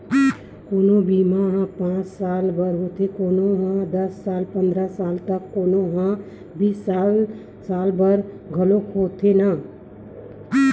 कोनो बीमा ह पाँच साल बर होथे, कोनो ह दस पंदरा साल त कोनो ह बीस पचीस साल बर घलोक होथे न